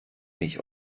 mich